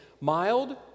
mild